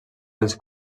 dels